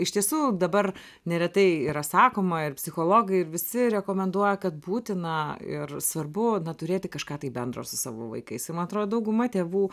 iš tiesų dabar neretai yra sakoma ir psichologai ir visi rekomenduoja kad būtina ir svarbu na turėti kažką tai bendro su savo vaikais ir man atrodo dauguma tėvų